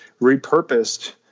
repurposed